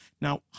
Now